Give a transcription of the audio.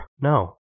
No